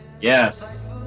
Yes